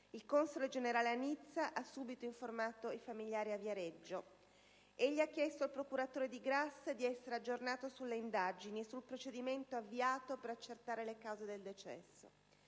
il console generale a Nizza ha subito informato i familiari di Daniele a Viareggio. Egli ha chiesto al procuratore di Grasse di essere aggiornato sulle indagini e sul procedimento avviato per accertare le cause del decesso.